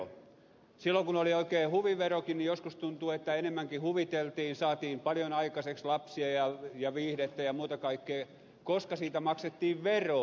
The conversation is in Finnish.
silloin kun oli oikein huviverokin joskus tuntuu että enemmänkin huviteltiin saatiin paljon aikaiseksi lapsia ja viihdettä ja muuta kaikkea koska siitä maksettiin veroa